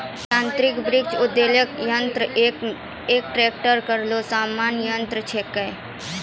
यांत्रिक वृक्ष उद्वेलक यंत्र एक ट्रेक्टर केरो सामान्य यंत्र छिकै